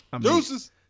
Deuces